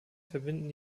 verbinden